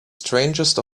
strangest